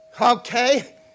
Okay